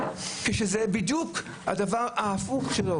כשזה בדיוק הדבר ההפוך.